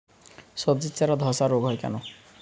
সবজির চারা ধ্বসা রোগ কেন হয়?